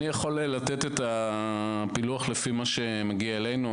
אני יכול לתת פילוח לפי מה שמגיע אלינו.